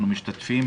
אנחנו משתתפים